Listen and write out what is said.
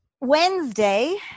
Wednesday